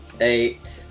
Eight